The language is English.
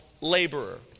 laborer